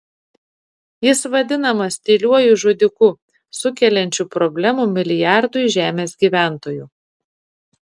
jis vadinamas tyliuoju žudiku sukeliančiu problemų milijardui žemės gyventojų